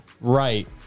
right